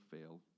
fail